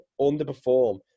underperform